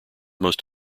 most